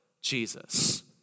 Jesus